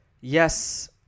Yes